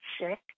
sick